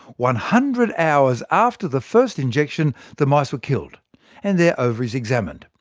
one hundred hours after the first injection, the mice were killed and their ovaries examined.